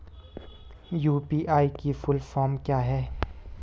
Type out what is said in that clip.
UPI की full form क्या है?